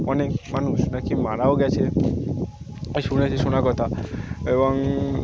অনেক মানুষ নাকি মারাও গিয়েছে শুনেছি শোনা কথা এবং